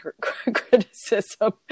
criticism